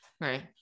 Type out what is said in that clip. Right